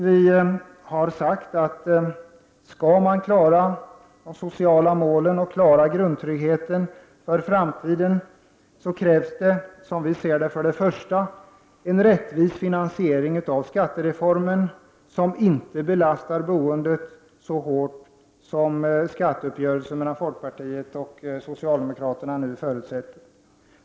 Vi har sagt att om man skall klara de sociala målen och grundtryggheten inför framtiden krävs det, som vi ser det, för det första en rättvis finansiering av skattereformen. Den finansieringen skall inte belasta boendet så hårt som skatteuppgörelsen mellan folkpartiet och socialdemokraterna förutsätter.